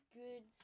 good